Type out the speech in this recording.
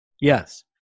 yes